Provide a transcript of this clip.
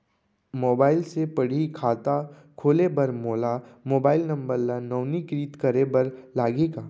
Mobile से पड़ही खाता खोले बर मोला मोबाइल नंबर ल नवीनीकृत करे बर लागही का?